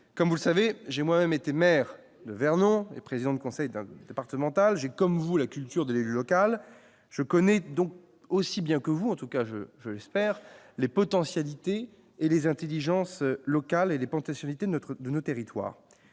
comme vous le savez, j'ai moi-même été maire de Vernon et présidents de conseil d'un appartement à Alger comme vous, la culture de l'élu local, je connais donc aussi bien que vous en tout cas je je l'espère les potentialités et les intelligences locale et les pentes et notre de nos territoires,